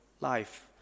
life